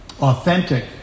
authentic